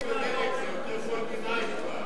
שיישתו דלק, זה יותר זול ממים כבר.